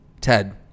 Ted